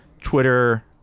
Twitter